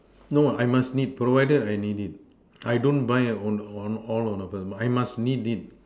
no I must need provided I need it I don't buy on on all offers but I must need it